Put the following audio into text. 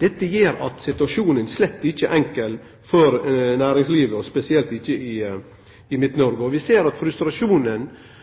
Dette gjer at situasjonen slett ikkje er enkel for næringslivet, og spesielt ikkje i Midt-Noreg. Vi ser at frustrasjonen gjer at til og med Sør-Trøndelag sin fylkesordførar frå Arbeidarpartiet ber om at